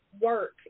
work